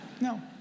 No